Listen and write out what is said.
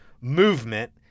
movement